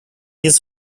his